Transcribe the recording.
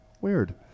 Weird